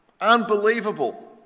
unbelievable